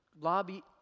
lobby